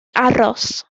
aros